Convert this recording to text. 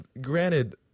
granted